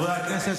חברי הכנסת,